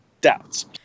doubts